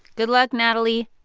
good luck, natalie.